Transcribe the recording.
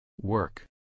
Work